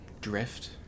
drift